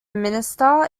minister